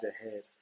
ahead